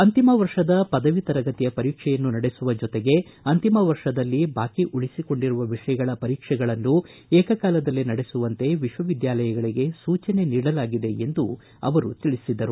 ಅಂತಿಮ ವರ್ಷದ ಪದವಿ ತರಗತಿಯ ಪರೀಕ್ಷೆಯನ್ನು ನಡೆಸುವ ಜೊತೆಗೆ ಅಂತಿಮ ವರ್ಷದಲ್ಲಿ ಬಾಕಿ ಉಳಿಸಿಕೊಂಡಿರುವ ವಿಷಯಗಳ ಪರೀಕ್ಷೆಗಳನ್ನು ಏಕಕಾಲದಲ್ಲಿ ನಡೆಸುವಂತೆ ವಿಶ್ವವಿದ್ಯಾಲಯಗಳಿಗೆ ಸೂಚನೆ ನೀಡಲಾಗಿದೆ ಎಂದು ಅವರು ತಿಳಿಸಿದರು